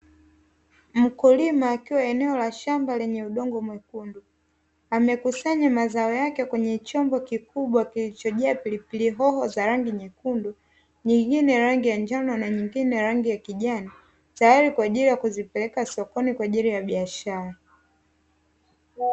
Mkulima akiwa eneo la shamba lenye udongo mwekundu, amekusanya mazao yake kwenye chombo kikubwa kilichojaa pilipili hoho za rangi nyekundu, nyingine rangi ya njano, na nyingine rangi ya kijani, tayari kwa ajili ya kuzipeleka sokoni kwa ajili ya biashara.